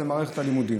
וזה מערכת הלימודים,